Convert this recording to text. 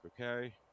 Okay